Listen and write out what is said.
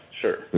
sure